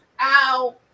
Ow